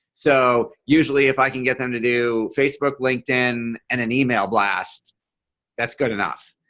so usually if i can get them to do facebook linkedin and an email blast that's good enough